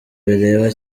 bireba